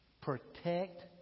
Protect